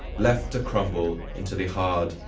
left to crumble into the hard,